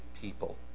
people